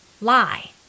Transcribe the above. lie